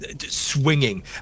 swinging